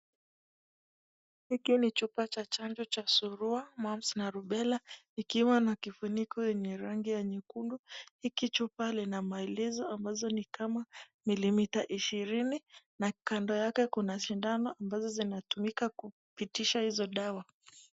Hiki ni chanjo cha sugua na sarubella ikiwa na kifuniko yenye rangi ya nyekundu hiki chupa Lina maelezo ambazo ni kama milimita ishirini na kando yake Kuna sindano ambazo zinatumika kupitisha hizo dawa.